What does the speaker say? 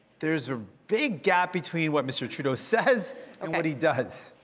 there is a big gap between what mr. trudeau says and what he does.